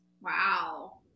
Wow